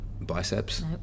biceps